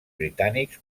britànics